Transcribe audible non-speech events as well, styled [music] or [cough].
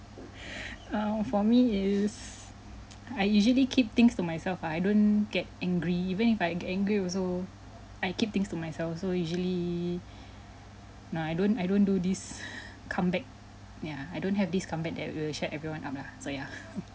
[breath] uh for me is [noise] I usually keep things to myself ah I don't get angry even if I get angry also I keep things to myself so usually [breath] no I don't I don't do this [breath] come back ya I don't have this comeback that will shut everyone up lah so ya [laughs]